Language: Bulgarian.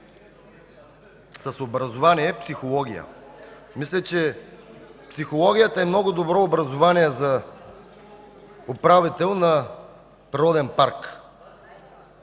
с образование „психология”. Мисля, че психологията е много добро образование за управител на природен парк.